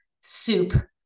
soup